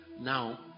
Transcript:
Now